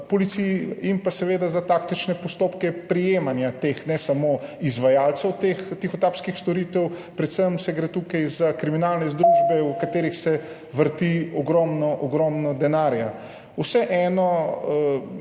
policij in seveda za taktične postopke prijemanja ne samo izvajalcev teh tihotapskih storitev, predvsem gre tukaj za kriminalne združbe, v katerih se vrti ogromno ogromno denarja. Vseeno